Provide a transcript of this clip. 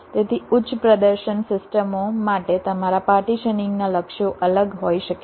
તેથી ઉચ્ચ પ્રદર્શન સિસ્ટમો માટે તમારા પાર્ટીશનીંગના લક્ષ્યો અલગ હોઈ શકે છે